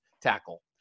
tackle